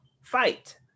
fight